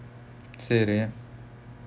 சரி:sari